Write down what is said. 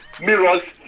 mirrors